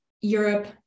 Europe